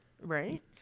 Right